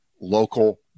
local